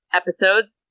episodes